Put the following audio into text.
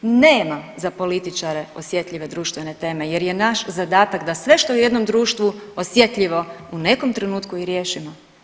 Nema za političare osjetljive društvene teme jer je naš zadatak da sve što je u jednom društvu osjetljivo u nekom trenutku i riješimo.